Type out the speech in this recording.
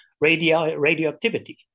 radioactivity